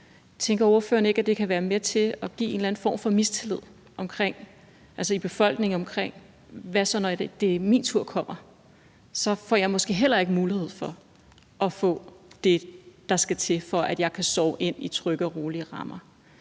Tænker ordføreren ikke, at det kan være med til at give en eller anden form for mistillid i befolkningen, så man tænker: Hvad så, når min tur kommer? Så får jeg måske heller ikke mulighed for at få det, der skal til, for at jeg kan sove ind i trygge og rolige rammer.